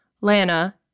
Lana